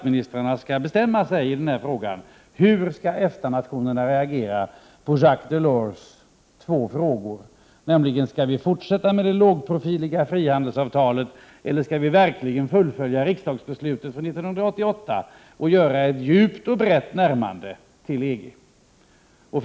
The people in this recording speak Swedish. De skall då bestämma sig för hur EFTA-nationerna skall reagera på Jacques Delors följande två frågor: Skall vi fortsätta med det lågprofiliga frihandelsavtalet, eller skall vi verkligen fullfölja riksdagsbeslutet från 1988 och göra ett djupt och brett närmande till EG?